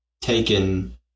taken